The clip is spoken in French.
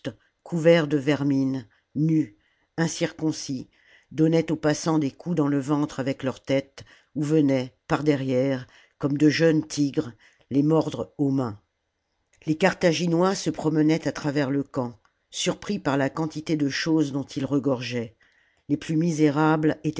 couverts de vermine nus incirconcis donnaient aux passants des coups dans le ventre avec leur tête ou venaient par derrière comme de jeunes tigres les mordre aux mains les carthaginois se promenaient à travers le camp surpris par la quantité de choses dont il regorgeait les plus misérables